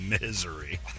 misery